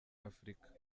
afurika